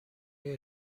های